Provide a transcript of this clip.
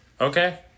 Okay